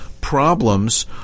problems